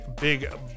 big